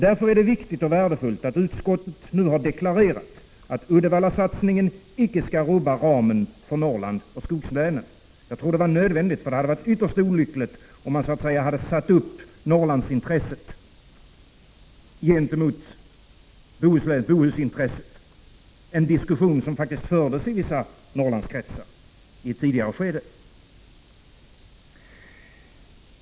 Därför är det viktigt och värdefullt att utskottet nu har deklarerat, att Uddevallasatsningen inte skall rubba ramen för Norrland och skogslänen. Jag tror att detta var nödvändigt, för det hade varit ytterst olyckligt om man hade satt upp Norrlandsintresset mot Bohusintresset — en diskussion härom fördes faktiskt i vissa Norrlandskretsar i ett tidigare skede.